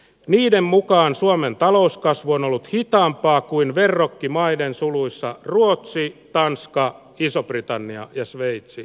niiden mukaan suomen talouskasvu on ollut hitaampaa kuin verrokkimaiden suluissa ruotsi ranska iso britannia ja sveitsin